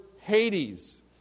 Hades